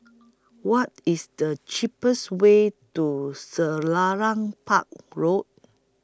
What IS The cheapest Way to Selarang Park Road